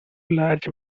large